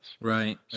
Right